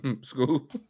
School